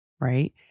right